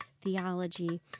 theology